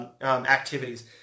activities